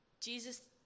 Jesus